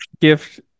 gift